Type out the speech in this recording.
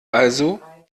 also